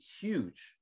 huge